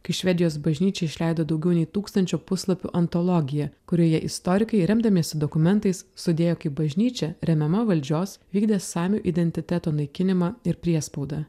kai švedijos bažnyčia išleido daugiau nei tūkstančio puslapių antologiją kurioje istorikai remdamiesi dokumentais sudėjo kaip bažnyčia remiama valdžios vykdė samių identiteto naikinimą ir priespaudą